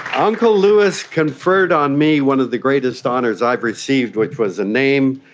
uncle lewis conferred on me one of the greatest honours i've received which was a name,